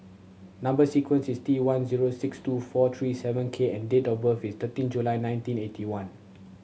number sequence is T one zero six two four three seven K and date of birth is thirteen July nineteen eighty one